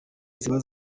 ziba